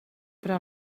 però